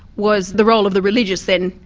was, the role of the religious then,